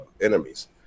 enemies